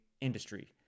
industry